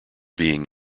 being